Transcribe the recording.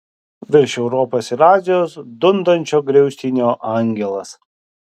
virš europos ir azijos dundančio griaustinio angelas